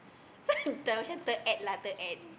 so macam ter add lah ter add